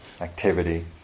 activity